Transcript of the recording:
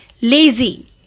Lazy